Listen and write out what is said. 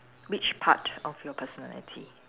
which part of your personality